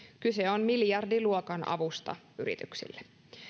kyse on miljardiluokan avusta yrityksille